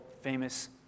famous